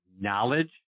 knowledge